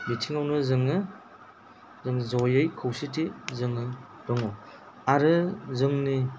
बिथिङावनो जोङो जों ज'यै खौसेथि जोङो दङ आरो जोंनि